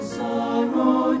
sorrow